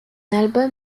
album